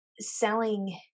selling